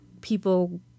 people